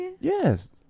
Yes